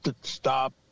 stop